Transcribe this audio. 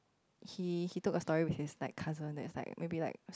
he he took a story which is like castle that's like maybe like